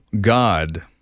God